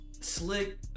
Slick